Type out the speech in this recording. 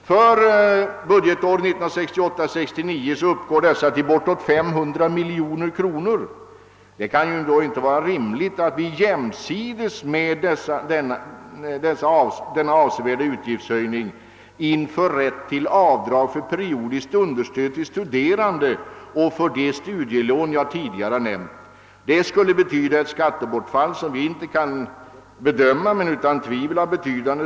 För budgetåret 1968/69 uppgår det stödet till bortåt 500 miljoner kronor, och det kan inte vara rimligt att jämsides med denna avsevärda höjning införa rätt till avdrag för periodiskt understöd till studerande och för de studielån det här gäller. Det skulle betyda ett skattebortfall vars storlek vi inte kan bedöma men som utan tvivel är högst betydande.